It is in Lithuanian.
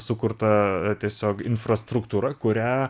sukurta tiesiog infrastruktūra kurią